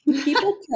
People